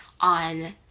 on